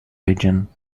region